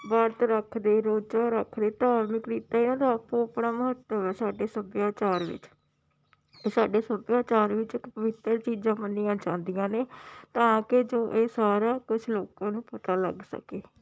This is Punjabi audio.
ਵਰਤ ਰੱਖਦੇ ਰੋਜਾ ਰੱਖਦੇ ਧਾਰਮਿਕ ਰੀਤਾਂ ਇਹਨਾਂ ਦਾ ਆਪੋ ਆਪਣਾ ਮਹੱਤਵ ਹੈ ਸਾਡੇ ਸਭਿਆਚਾਰ ਵਿੱਚ ਸਾਡੇ ਸੱਭਿਆਚਾਰ ਵਿੱਚ ਇੱਕ ਪਵਿੱਤਰ ਚੀਜ਼ਾਂ ਮੰਨੀਆਂ ਜਾਂਦੀਆਂ ਨੇ ਤਾਂਕਿ ਜੋ ਇਹ ਸਾਰਾ ਕੁਝ ਲੋਕਾਂ ਨੂੰ ਪਤਾ ਲੱਗ ਸਕੇ